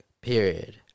Period